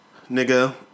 nigga